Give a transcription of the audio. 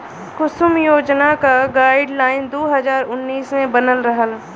कुसुम योजना क गाइडलाइन दू हज़ार उन्नीस मे बनल रहल